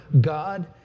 God